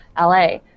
LA